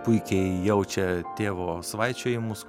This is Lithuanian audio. puikiai jaučia tėvo svaičiojimus